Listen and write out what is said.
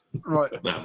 Right